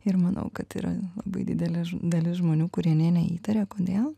ir manau kad yra labai didelė dalis žmonių kurie nė neįtaria kodėl